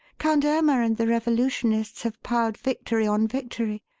count irma and the revolutionists have piled victory on victory.